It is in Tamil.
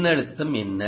மின்னழுத்தம் என்ன